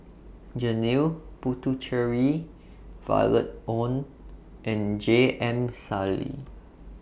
Janil Puthucheary Violet Oon and J M Sali